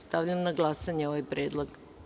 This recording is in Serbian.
Stavljam na glasanje ovaj predlog.